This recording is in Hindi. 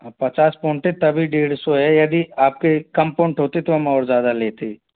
पचास पोंट है तभी डेढ़ सौ है यदि आपके कम पोंट होते तो हम और ज्यादा लेते